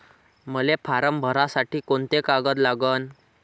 मले फारम भरासाठी कोंते कागद लागन?